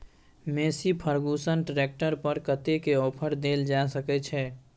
Massey Ferguson tractor पर कतेक के ऑफर देल जा सकै छै?